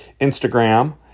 Instagram